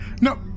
No